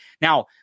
Now